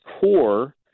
core